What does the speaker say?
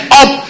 up